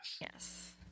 Yes